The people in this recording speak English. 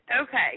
Okay